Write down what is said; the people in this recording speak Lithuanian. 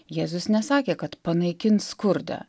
jėzus nesakė kad panaikins skurdą